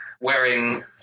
wearing